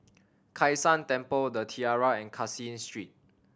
Kai San Temple The Tiara and Caseen Street